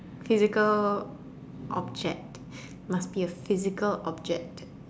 physical object must be a physical object